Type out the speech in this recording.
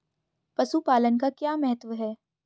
पशुपालन का क्या महत्व है?